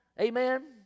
Amen